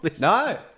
No